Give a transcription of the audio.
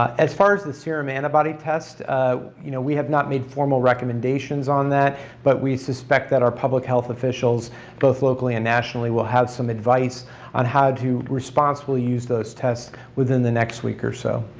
as far as the serum antibody tests, you know we have not made formal recommendations on that but we suspect that our public health officials both locally and nationally will have some advice on how to responsibly use those tests within the next week or so.